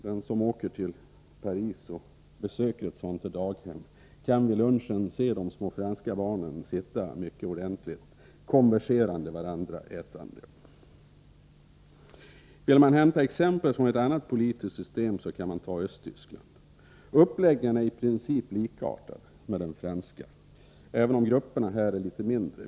Den som åker till Paris och besöker ett sådant daghem kan vid lunchen se de små franska barnen sitta mycket ordentligt, konverserande varandra, ätande. Vill man hämta exempel från ett annat politiskt system kan man ta Östtyskland. Uppläggningen är i princip likartad med den franska, även om grupperna här är något mindre.